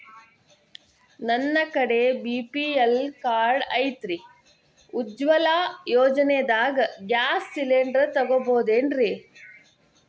ನನ್ನ ಕಡೆ BPL card ಐತ್ರಿ, ಉಜ್ವಲಾ ಯೋಜನೆದಾಗ ಗ್ಯಾಸ್ ಸಿಲಿಂಡರ್ ತೊಗೋಬಹುದೇನ್ರಿ?